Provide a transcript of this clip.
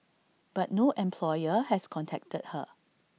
but no employer has contacted her